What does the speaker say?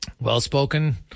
well-spoken